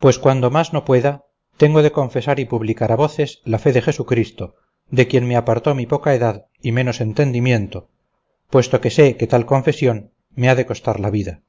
pues cuando más no pueda tengo de confesar y publicar a voces la fe de jesucristo de quien me apartó mi poca edad y menos entendimiento puesto que sé que tal confesión me ha de costar la vida